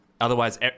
otherwise